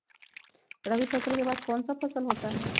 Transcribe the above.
रवि फसल के बाद कौन सा फसल होता है?